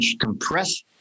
compress